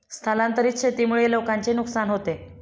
स्थलांतरित शेतीमुळे लोकांचे नुकसान होते